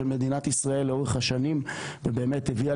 של מדינת ישראל לאורך השנים ובאמת הביאה